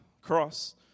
cross